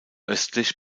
östlich